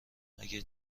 مگه